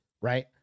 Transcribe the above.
Right